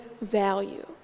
value